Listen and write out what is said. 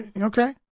okay